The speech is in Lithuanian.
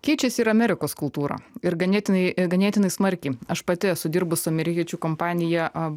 keičiasi ir amerikos kultūra ir ganėtinai ir ganėtinai smarkiai aš pati esu dirbus amerikiečių kompanija